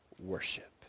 worship